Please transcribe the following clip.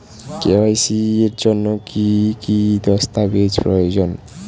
KYC এর জন্যে কি কি দস্তাবেজ প্রয়োজন?